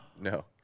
No